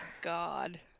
God